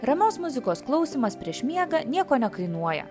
ramios muzikos klausymas prieš miegą nieko nekainuoja